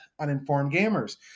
UninformedGamers